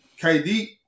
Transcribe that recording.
KD